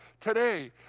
Today